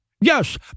Yes